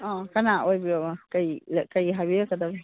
ꯑꯥ ꯀꯅꯥ ꯑꯣꯏꯕꯤꯔꯕ ꯀꯔꯤ ꯀꯔꯤ ꯍꯥꯏꯕꯤꯔꯛꯀꯗꯕ